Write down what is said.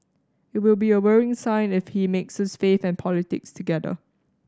it will be a worrying sign if he mixes faith and politics together